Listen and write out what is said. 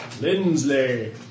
Lindsley